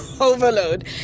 Overload